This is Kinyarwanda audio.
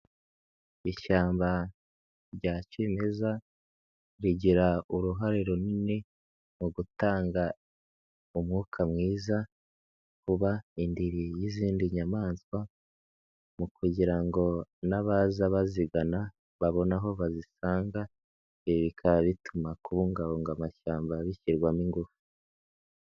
Ishyamba rya kimeza rigira uruhare runini mu gutanga umwuka mwiza uba indiri y'izindi nyamaswa mu kugira ngo n'abaza bazigana babone aho bazisanga, ibi bikaba bituma kubungabunga amashyamba bishyirwamo ingufu.